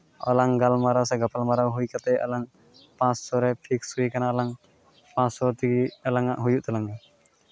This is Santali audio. ᱟᱞᱟᱝ ᱜᱟᱞᱢᱟᱨᱟᱣ ᱥᱮ ᱜᱟᱯᱟᱞᱢᱟᱨᱟᱣ ᱦᱩᱭ ᱠᱟᱛᱮᱫ ᱟᱞᱟᱝ ᱯᱟᱥᱥᱳ ᱨᱮ ᱯᱷᱤᱠᱥᱰ ᱦᱩᱭ ᱠᱟᱱᱟ ᱞᱟᱝ ᱯᱟᱥᱥᱳ ᱛᱮᱜᱮ ᱟᱞᱟᱝ ᱟᱜ ᱦᱩᱭᱩᱜ ᱛᱟᱞᱟᱝᱼᱟ